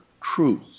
truth